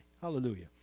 Hallelujah